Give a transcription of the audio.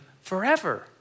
forever